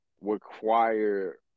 require